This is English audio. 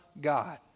God